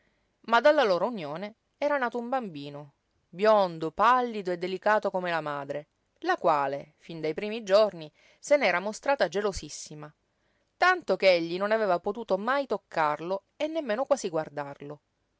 ma dalla loro unione era nato un bambino biondo pallido e delicato come la madre la quale fin dai primi giorni se n'era mostrata gelosissima tanto che egli non aveva potuto mai toccarlo e nemmeno quasi guardarlo